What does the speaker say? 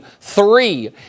three